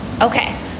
Okay